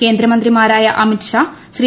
കേന്ദ്രമന്ത്രിമാരായ അമിത് ഷാ ശ്രീ